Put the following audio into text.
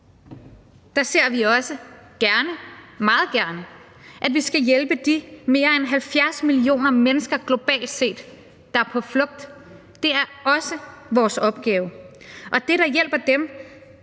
ser vi også gerne, meget gerne, at vi skal hjælpe de mere end 70 millioner mennesker globalt set, der er på flugt. Det er også vores opgave, og det, der hjælper dem,